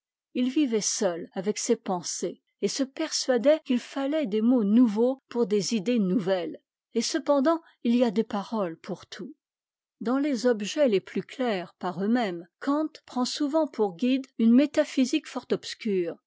h vivait seul avec ses pensées et se persuadait qu'il fallait des mots nouveaux poùr des idées nouvelles et cependant il y a des paroles pour tout dans les objets les plus clairs par eux-mêmes kant prend souvent pour guide une métaphysique fort obscure